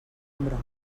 ambròs